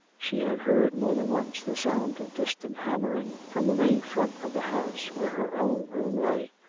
she had heard more than once the sound of distant hammering from the main front of the house where her own room lay,